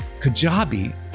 Kajabi